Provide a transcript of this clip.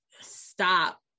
stop